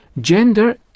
Gender